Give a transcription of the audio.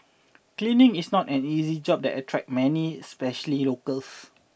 cleaning is not an easy job that attract many especially locals